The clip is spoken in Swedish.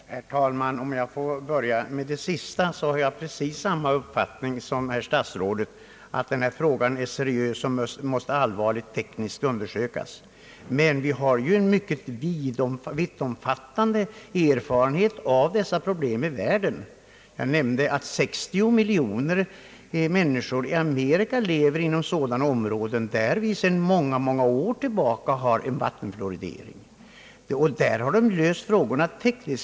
Herr talman! Om jag får börja med det sista vill jag framhålla, att jag har precis samma uppfattning som herr statsrådet, nämligen att denna fråga är seriös och måste allvarligt tekniskt undersökas. Men vi har dock en mycket omfattande erfarenhet av dessa problem från andra håll i världen. Jag nämnde till exempel att 60 miljoner människor i USA lever inom sådana områden, där man sedan många år tillbaka utför vattenfluoridering. Där har man alltså tekniskt löst dessa frågor.